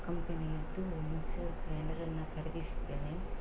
ಕಂಪೆನಿಯದ್ದು mixer ಗ್ರೈಂಡರನ್ನು ಖರೀದಿಸಿದ್ದೇನೆ